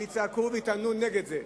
ויצעקו ויטענו נגד זה.